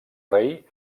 rei